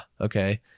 okay